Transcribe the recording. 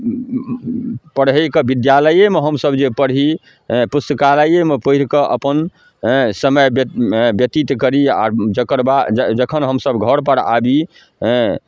पढ़ैके विद्यालएमे हमसभ जे पढ़ी हँ पुस्तकालएमे पढ़िकऽ अपन हँ समय व्य व्यतीत करी आओर जकर बाद ज जखन हमसभ घरपर आबी हेँ